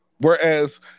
Whereas